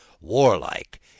warlike